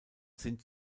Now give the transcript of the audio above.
sind